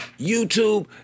YouTube